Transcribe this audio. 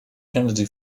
kennedy